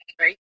right